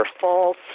false